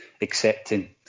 accepting